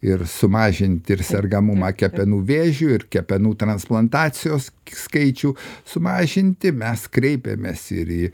ir sumažinti ir sergamumą kepenų vėžiu ir kepenų transplantacijos skaičių sumažinti mes kreipėmės ir į